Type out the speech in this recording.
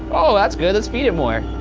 oh, well that's good, let's feed it more,